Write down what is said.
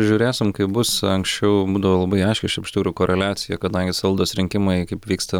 žiūrėsim kaip bus anksčiau būdavo labai aiškiai šiaip iš tikrųjų koreliacija kadangi savivaldos rinkimai kaip vyksta